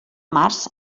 març